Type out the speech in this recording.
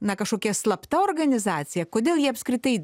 na kažkokia slapta organizacija kodėl jie apskritai